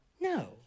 No